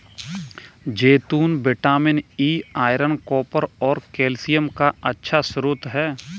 जैतून vitamin E, iron, copper और calcium का अच्छा स्रोत हैं